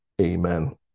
Amen